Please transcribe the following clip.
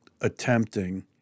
attempting